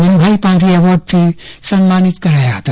મનુભાઇ પાંધી એવોર્ડથી સન્માનિત કરાયા હતા